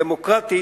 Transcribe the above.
דמוקרטית,